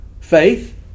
Faith